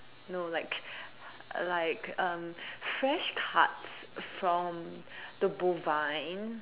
no like like um fresh cut from the bovine